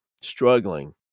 struggling